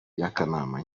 y’akanama